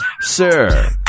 Sir